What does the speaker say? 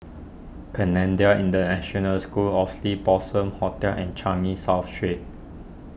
Canadian International School Oxley Blossom Hotel and Changi South Street